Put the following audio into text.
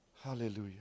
hallelujah